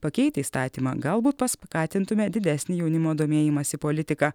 pakeitę įstatymą galbūt paskatintume didesnį jaunimo domėjimąsi politika